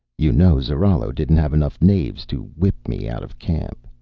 you know zarallo didn't have enough knaves to whip me out of camp,